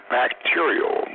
bacterial